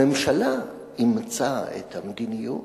הממשלה אימצה את המדיניות.